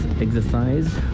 exercise